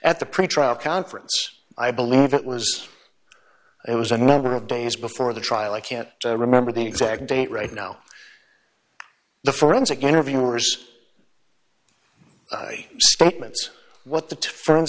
at the pretrial conference i believe it was it was a number of days before the trial i can't remember the exact date right now the forensic interviewers statements what the f